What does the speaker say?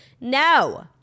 No